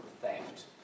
theft